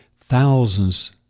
Thousands